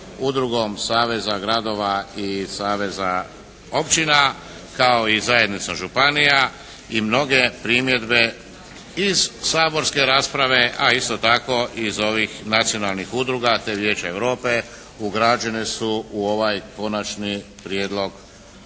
Udrugom Saveza gradova i Saveza općina kao i zajednica županija i mnoge primjedbe iz saborske rasprave a isto tako i iz ovih nacionalnih udruga te Vijeća Europe ugrađene su u ovaj Konačni prijedlog